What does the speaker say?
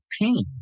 pain